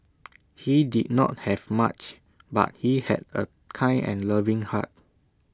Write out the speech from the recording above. he did not have much but he had A kind and loving heart